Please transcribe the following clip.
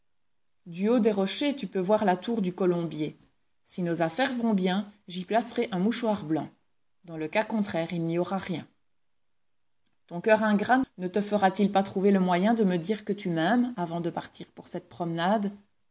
du haut des rochers tu peux voir la tour du colombier si nos affaires vont bien j'y placerai un mouchoir blanc dans le cas contraire il n'y aura rien ton coeur ingrat ne te fera-t-il pas trouver le moyen de me dire que tu m'aimes avant de partir pour cette promenade